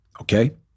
okay